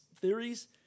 theories